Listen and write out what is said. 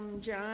John